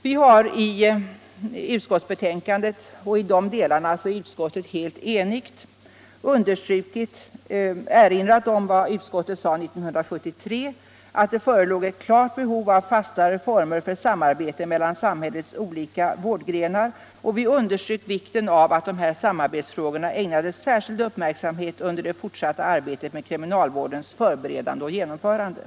Vi har i utskottsbetänkandet — och i de delarna är utskottet helt enigt — erinrat om vad utskottet sade 1973, nämligen att det förelåg ett klart behov av fastare former för ett samarbete mellan samhällets olika vårdgrenar. Utskottet underströk också vikten av att dessa samarbetsfrågor ägnades särskild uppmärksamhet under det fortsatta arbetet med kriminalvårdsreformens förberedande och genomförande.